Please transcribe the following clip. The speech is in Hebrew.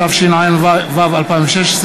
התשע"ו 2016,